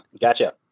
Gotcha